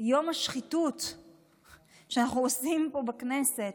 יום המאבק השחיתות שאנחנו עושים פה בכנסת,